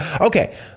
Okay